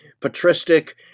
patristic